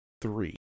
three